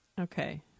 Okay